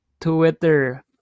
Twitter